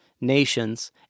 nations